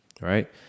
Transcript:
right